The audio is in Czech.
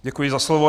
Děkuji za slovo.